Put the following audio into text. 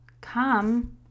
come